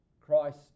Christ